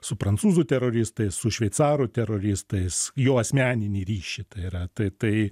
su prancūzų teroristais su šveicarų teroristais jo asmeniniai ryšiai tai yra tai tai